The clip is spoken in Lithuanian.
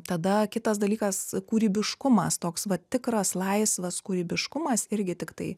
tada kitas dalykas kūrybiškumas toks vat tikras laisvas kūrybiškumas irgi tiktai